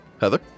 Heather